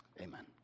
amen